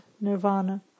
nirvana